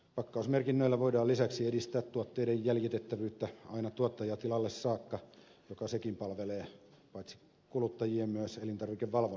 pakkausmerkinnöillä voidaan lisäksi edistää tuotteiden jäljitettävyyttä aina tuottajatilalle saakka mikä sekin palvelee paitsi kuluttajien myös elintarvikevalvonnan tarpeita